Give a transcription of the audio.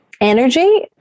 energy